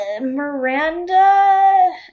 Miranda